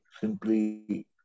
simply